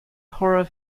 horror